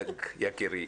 אל תדאג, יקירי.